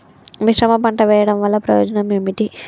మిశ్రమ పంట వెయ్యడం వల్ల ప్రయోజనం ఏమిటి?